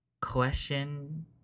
question